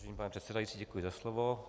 Vážený pane předsedající, děkuji za slovo.